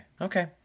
Okay